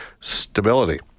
stability